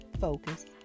focus